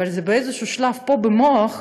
אבל באיזשהו שלב פה במוח,